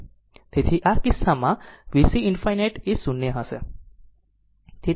તેથી આ કિસ્સામાં VC ∞ એ 0 હશે